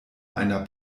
einer